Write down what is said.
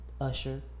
Usher